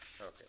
okay